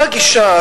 אותה גישה,